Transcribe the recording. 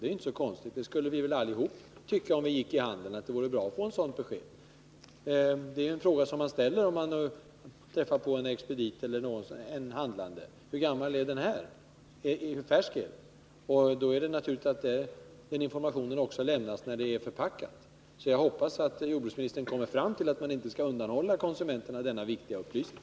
Det är inte så konstigt — vi skulle väl alla, om vi gick ut och handlade, tycka att det vore bra att få ett sådant besked. En fråga som vi ställer om vi träffar på en expedit eller en handlande är: Hur färsk är den här varan? Det är då naturligt att den informationen lämnas också när varan är förpackad. Jag hoppas att jordbruksministern kommer fram till att man inte skall undanhålla konsumenterna denna viktiga upplysning.